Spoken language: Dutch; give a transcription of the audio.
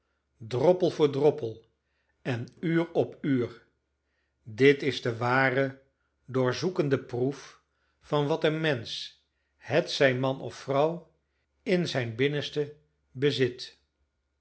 droppel voor droppel en uur op uur dit is de ware doorzoekende proef van wat een mensch hetzij man of vrouw in zijn binnenste bezit